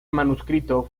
manuscrito